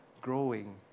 growing